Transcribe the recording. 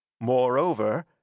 Moreover